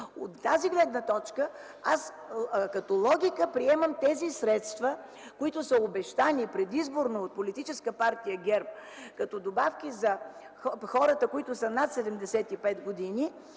От тази гледна точка като логика приемам тези средства, които са обещани предизборно от Политическа партия ГЕРБ като добавки за хората над 75 години,